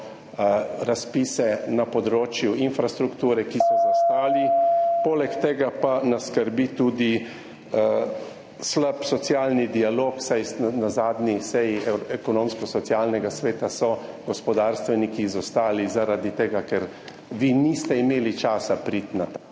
da bo na področju infrastrukture povečalo razpise, ki so zastali? Poleg tega pa nas skrbi tudi slab socialni dialog, saj so na zadnji seji Ekonomsko-socialnega sveta gospodarstveniki izostali, zaradi tega ker vi niste imeli časa priti na ta